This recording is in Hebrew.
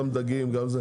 גם דגים.